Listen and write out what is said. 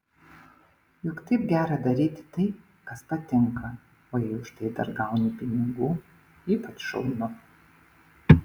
juk taip gera daryti tai kas patinka o jei už tai dar gauni pinigų ypač šaunu